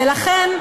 רפואה שלמה.